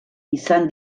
izan